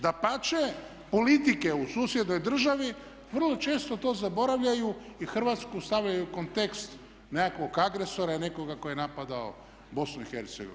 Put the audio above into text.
Dapače, politike u susjednoj državi vrlo često to zaboravljaju i Hrvatsku stavljaju u kontekst nekakvog agresora i nekoga tko je napadao BiH.